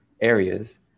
areas